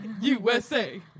USA